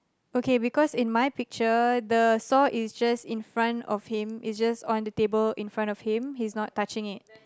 okay because in my picture the saw is just infront of him it's just on the table he's not touching it